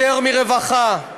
יותר מרווחה,